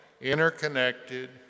interconnected